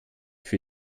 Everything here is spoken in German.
für